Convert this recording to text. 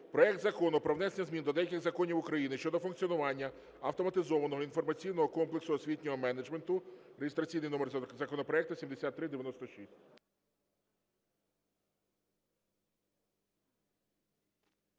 проект Закону про внесення змін до деяких законів України щодо функціонування Автоматизованого інформаційного комплексу освітнього менеджменту (реєстраційний номер законопроекту 7396).